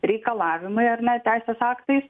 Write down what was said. reikalavimai ar ne teisės aktais